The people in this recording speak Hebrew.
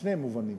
שני מובנים: